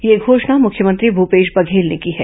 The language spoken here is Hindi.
यह घोषणा मुख्यमंत्री भूपेश बघेल ने की है